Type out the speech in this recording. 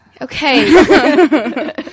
Okay